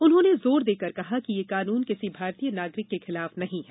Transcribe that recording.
उन्होंने जोर देकर कहा कि यह कानून किसी भारतीय नागरिक के खिलाफ नहीं है